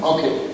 Okay